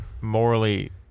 morally